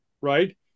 right